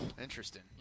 interesting